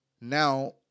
Now